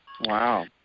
Wow